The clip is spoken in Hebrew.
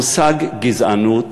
המושג "גזענות"